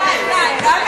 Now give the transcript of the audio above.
די, די.